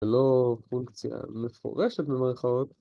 זה לא פונקציה מפורשת במרכאות.